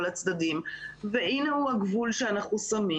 הצדדים והנה הוא הגבול שאנחנו שמים.